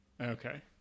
Okay